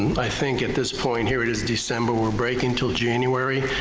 i think at this point, here it is december, we're breaking until january.